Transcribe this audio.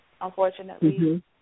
unfortunately